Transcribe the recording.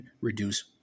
reduce